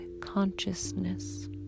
consciousness